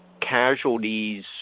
casualties